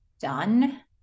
done